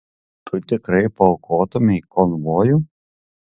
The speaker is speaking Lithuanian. tu tikrai paaukotumei konvojų